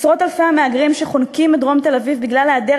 עשרות-אלפי המהגרים שחונקים את דרום תל-אביב בגלל היעדר